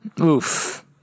Oof